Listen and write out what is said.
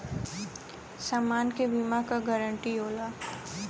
समान के बीमा क गारंटी होला